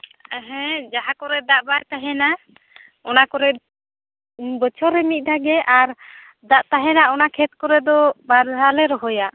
ᱦᱮᱸ ᱡᱟᱦᱟᱸ ᱠᱚᱨᱮ ᱫᱟᱜ ᱵᱟᱝ ᱛᱟᱦᱮᱸᱱᱟ ᱚᱱᱟ ᱠᱚᱨᱮ ᱵᱚᱪᱷᱚᱨ ᱨᱮ ᱢᱤᱫ ᱰᱷᱟᱣ ᱜᱮ ᱟᱨ ᱫᱟᱜ ᱛᱟᱦᱮᱸᱱᱟ ᱚᱱᱟ ᱠᱷᱮᱛ ᱠᱚᱨᱮ ᱫᱚ ᱵᱟᱨ ᱫᱷᱟᱣ ᱞᱮ ᱨᱚᱦᱚᱭᱟ